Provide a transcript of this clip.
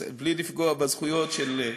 בסדר, בלי לפגוע בזכויות של,